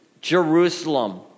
Jerusalem